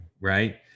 right